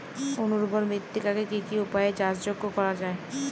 অনুর্বর মৃত্তিকাকে কি কি উপায়ে চাষযোগ্য করা যায়?